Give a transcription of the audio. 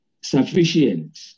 sufficient